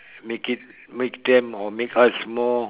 make it make them or make us more